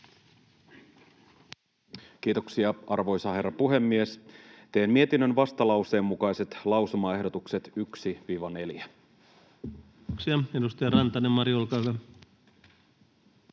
Kiitoksia, arvoisa herra puhemies! Teen mietinnön vastalauseen mukaiset lausumaehdotukset 1—4. [Speech 192] Speaker: Ensimmäinen